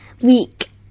week